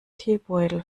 teebeutel